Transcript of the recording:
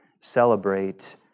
celebrate